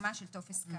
לדוגמה של טופס כאמור.